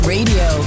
Radio